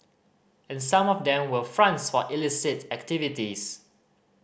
and some of them were fronts for illicit activities